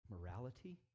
morality